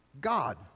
God